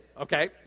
Okay